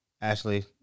ashley